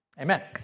Amen